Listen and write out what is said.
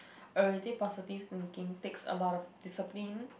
already positive thinking takes a lot of discipline